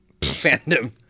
fandom